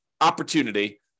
opportunity